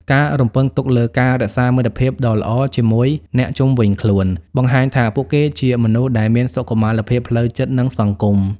ការរំពឹងទុកលើ "ការរក្សាមិត្តភាពដ៏ល្អជាមួយអ្នកជុំវិញខ្លួន" បង្ហាញថាពួកគេជាមនុស្សដែលមានសុខុមាលភាពផ្លូវចិត្ត និងសង្គម។